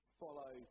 follow